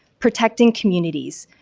protecting communities,